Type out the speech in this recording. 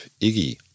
Iggy